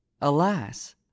alas